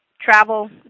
travel